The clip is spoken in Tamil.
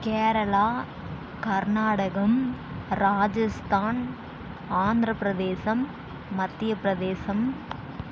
கேரளா கர்நாடகம் ராஜஸ்தான் ஆந்திர பிரதேசம் மத்திய பிரதேசம்